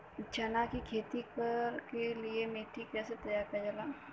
चना की खेती कर के लिए मिट्टी कैसे तैयार करें जाला?